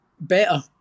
better